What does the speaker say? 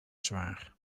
zwaar